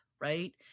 right